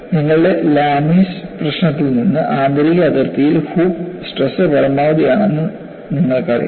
നിങ്ങളുടെ ലാമിസ് പ്രശ്നത്തിൽ നിന്ന് ആന്തരിക അതിർത്തിയിൽ ഹൂപ്പ് സ്ട്രെസ് പരമാവധി ആണെന്ന് നിങ്ങൾക്കറിയാം